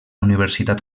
universitat